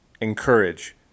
encourage